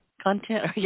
content